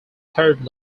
third